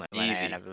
easy